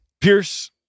pierce